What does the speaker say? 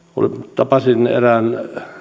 tapasin erään